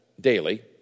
daily